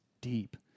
deep